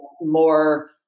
more